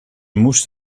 moest